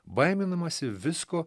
baiminamasi visko